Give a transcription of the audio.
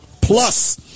Plus